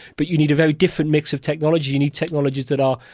but you need a very different mix of technology. you need technologies that are,